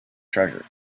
treasure